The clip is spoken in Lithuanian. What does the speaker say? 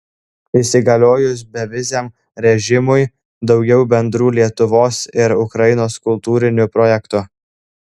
įsigaliojus beviziam režimui daugiau bendrų lietuvos ir ukrainos kultūrinių projektų